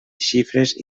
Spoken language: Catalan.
xifres